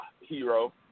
hero